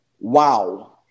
Wow